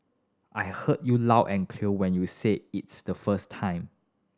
I heard you loud and clear when you said it's the first time